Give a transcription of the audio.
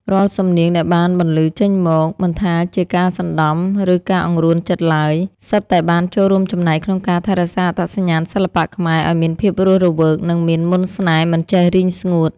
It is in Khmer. រាល់សំនៀងដែលបានបន្លឺចេញមក មិនថាជាការសណ្តំ ឬការអង្រួនចិត្តឡើយ សុទ្ធតែបានចូលរួមចំណែកក្នុងការថែរក្សាអត្តសញ្ញាណសិល្បៈខ្មែរឱ្យមានភាពរស់រវើក និងមានមន្តស្នេហ៍មិនចេះរីងស្ងួត។